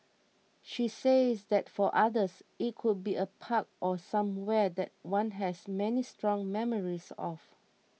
she says that for others it could be a park or somewhere that one has many strong memories of